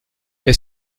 est